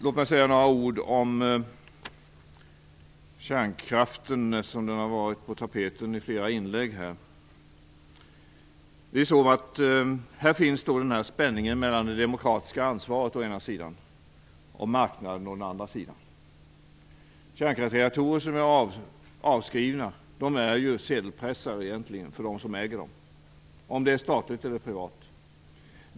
Låt mig säga några ord om kärnkraften eftersom den har varit på tapeten i flera inlägg. Här finns en spänning mellan det demokratiska ansvaret å ena sidan och marknaden å den andra sidan. Kärnkraftsreaktorer som är avskrivna är ju egentligen sedelpressar för dem som äger dem vare sig de är statliga eller privata.